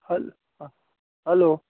हय आं हॅलो